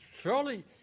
surely